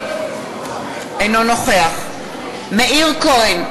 אינו נוכח מאיר כהן,